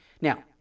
Now